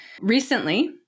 recently